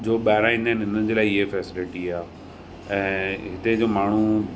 जो ॿाहिरां ईंदा आहिनि हिननि जे लाइ हीअ फैसिलीटी आहे ऐं हिते जो माण्हू